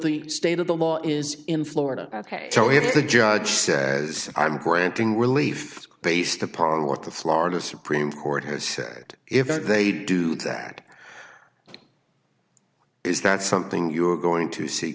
the state of the law is in florida ok so if the judge says i'm granting relief based upon what the florida supreme court has said if they do that is that something you're going to s